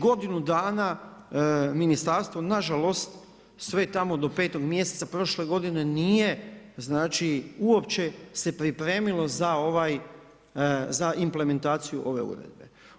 Godinu dana ministarstvo, nažalost, sve tamo do 5 mjeseca prošle godine nije uopće se pripremilo za ovaj implementaciju ove uredbe.